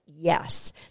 Yes